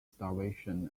starvation